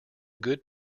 good